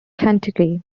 kentucky